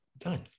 done